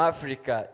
Africa